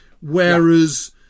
Whereas